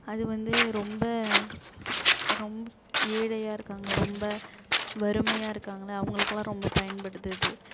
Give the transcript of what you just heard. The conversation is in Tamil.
அது வந்து ரொம்ப ரொம் ஏழையாக இருக்காங்க ரொம்ப வறுமையாக இருக்காங்கல்ல அவங்களுக்கெலாம் ரொம்ப பயன்படுது இது